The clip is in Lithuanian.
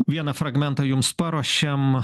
vieną fragmentą jums paruošėm